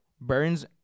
burns